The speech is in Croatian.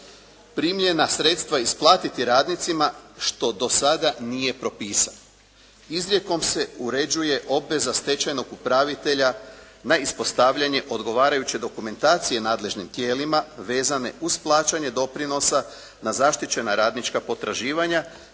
primljena sredstva isplatiti radnicima što do sada nije propisano. Izrijekom se uređuje obveza stečajnog upravitelja na ispostavljanje odgovarajuće dokumentacije nadležnim tijelima vezane uz plaćanje doprinosa na zaštićena radnička potraživanja